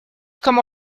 como